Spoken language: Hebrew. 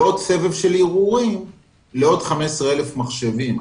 לעוד סבב של ערעורים לעוד 15,000 מחשבים.